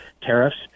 tariffs